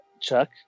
Chuck